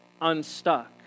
unstuck